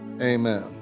Amen